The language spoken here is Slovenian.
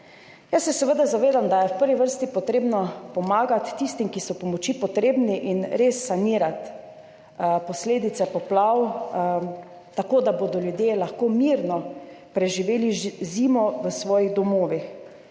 Jaz se seveda zavedam, da je v prvi vrsti treba pomagati tistim, ki so pomoči potrebni, in res sanirati posledice poplav tako, da bodo ljudje lahko mirno preživeli zimo v svojih domovih.